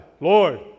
Lord